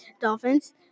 dolphins